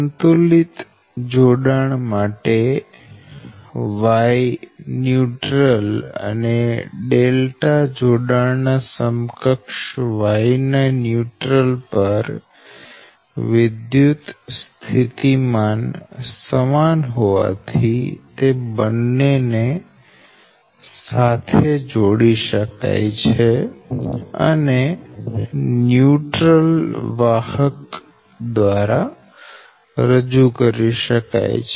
સંતુલિત જોડાણ માટે Y ન્યુટ્રલ અને જોડાણ ના સમકક્ષ Y ના ન્યુટ્રલ પર વિદ્યુતસ્થિતિમાન સમાન હોવાથી તે બંને ને સાથે જોડી શકાય છે અને એક ન્યુટ્રલ વાહક દ્વારા રજૂ કરી શકાય છે